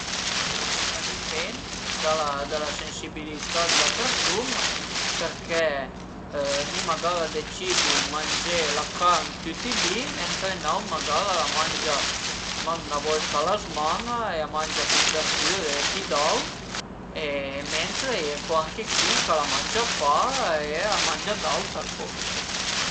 A a dipend da la sensibilità d'la persun-a perché mi magara decidu dë mangé la carn tüti i di, mentre ün aut magara a la mangia mach 'na volta a la zman-a e a mangia pi d'verdüre e pi d'aut, mentre a ie co anche chi ch'al la mangia pa e a mangia d'aut al post